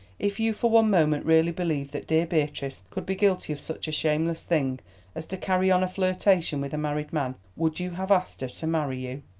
if you for one moment really believed that dear beatrice could be guilty of such a shameless thing as to carry on a flirtation with a married man, would you have asked her to marry you?